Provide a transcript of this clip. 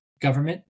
government